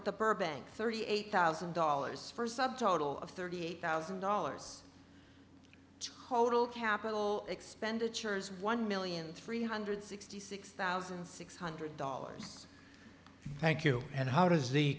at the burbank thirty eight thousand dollars first sub total of thirty eight thousand dollars total capital expenditures one million three hundred sixty six thousand six hundred dollars thank you and how does the